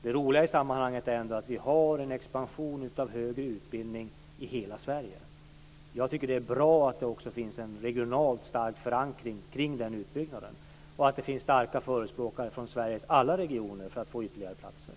Det roliga i sammanhanget är ändå att vi har en expansion av högre utbildning i hela Sverige. Jag tycker att det är bra att det också finns en regionalt stark förankring kring den utbyggnaden och att det finns starka förespråkare från Sveriges alla regioner för att få ytterligare platser.